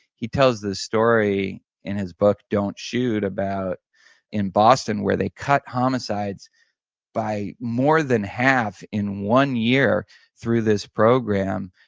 he tells the story in his book, don't shoot, about in boston where they cut homicides by more than half in one year through this program.